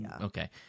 Okay